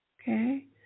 Okay